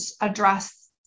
address